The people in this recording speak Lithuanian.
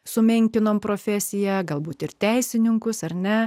sumenkinome profesiją galbūt ir teisininkus ar ne